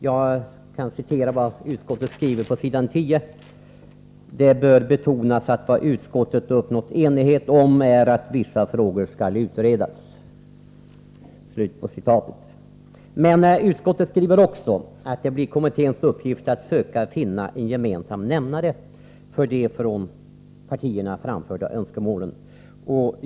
Jag kan citera vad utskottet skriver på s. 10: ”Det bör betonas att vad utskottet uppnått enighet om är att vissa frågor skall utredas.” Men utskottet skriver också att det blir kommitténs uppgift att söka finna en gemensam nämnare för de från partierna framförda önskemålen.